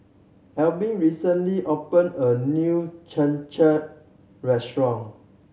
Albin recently opened a new Cham Cham restaurant